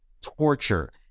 torture